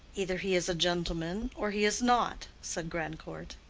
either he is a gentleman, or he is not, said grandcourt.